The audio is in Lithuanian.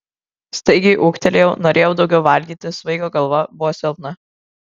staigiai ūgtelėjau norėjau daugiau valgyti svaigo galva buvo silpna